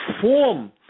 form